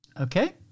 Okay